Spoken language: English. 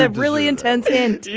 ah really intense hint,